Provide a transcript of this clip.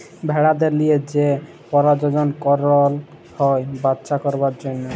ভেড়াদের লিয়ে যে পরজলল করল হ্যয় বাচ্চা করবার জনহ